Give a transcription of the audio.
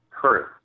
True